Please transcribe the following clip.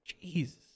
Jesus